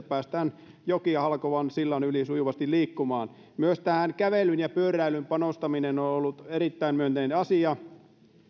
päästään jokea halkovan sillan yli sujuvasti liikkumaan myös tähän kävelyyn ja pyöräilyyn panostaminen on ollut erittäin myönteinen asia